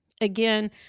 Again